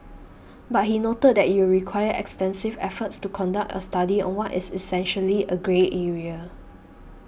but he noted that it require extensive efforts to conduct a study on what is essentially a grey area